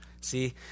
See